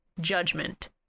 Judgment